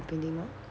my painting not